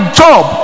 job